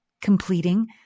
completing